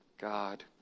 God